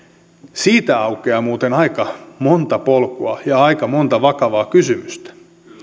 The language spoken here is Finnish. siitä aukeaa muuten aika monta polkua ja aika monta vakavaa kysymystä